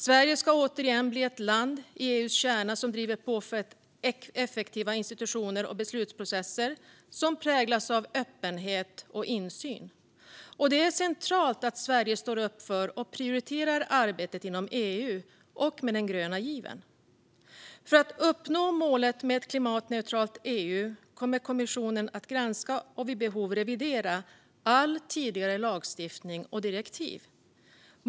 Sverige ska återigen bli ett land i EU:s kärna som driver på för effektiva institutioner och beslutsprocesser som präglas av öppenhet och insyn. Det är centralt att Sverige står upp för och prioriterar arbetet inom EU och med den gröna given. För att uppnå målet med ett klimatneutralt EU kommer kommissionen att granska och vid behov revidera all tidigare lagstiftning och alla tidigare direktiv.